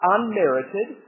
Unmerited